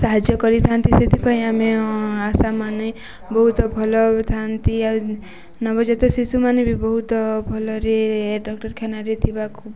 ସାହାଯ୍ୟ କରିଥାନ୍ତି ସେଥିପାଇଁ ଆମେ ଆଶାମାନେ ବହୁତ ଭଲ ଥାନ୍ତି ଆଉ ନବଜାତ ଶିଶୁମାନେ ବି ବହୁତ ଭଲରେ ଡାକ୍ତରଖାନାରେ ଥିବାକୁ